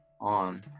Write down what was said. on